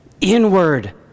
inward